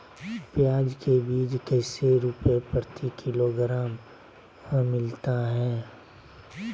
प्याज के बीज कैसे रुपए प्रति किलोग्राम हमिलता हैं?